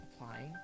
applying